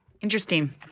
Interesting